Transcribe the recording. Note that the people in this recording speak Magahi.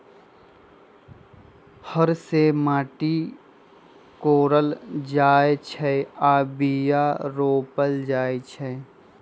हर से माटि कोरल जाइ छै आऽ बीया रोप्ल जाइ छै